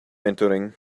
entering